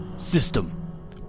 system